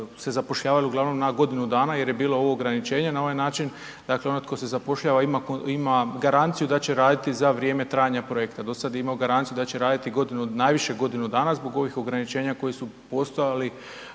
se zapošljavali uglavnom na godinu dana jer je bilo ovo ograničenje na ovaj način. Dakle onaj tko se zapošljava ima garanciju da će raditi za vrijeme trajanja projekta. Do sada je imao garanciju da će raditi najviše godinu dana zbog ovih ograničenja koji su postojali